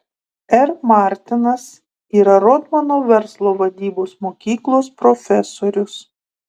r martinas yra rotmano verslo vadybos mokyklos profesorius